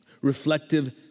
reflective